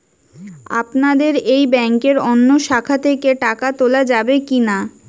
আপনাদের এই ব্যাংকের অন্য শাখা থেকে টাকা তোলা যাবে কি না?